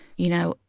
you know,